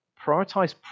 prioritize